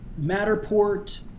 Matterport